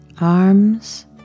arms